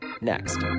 next